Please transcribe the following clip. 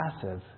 passive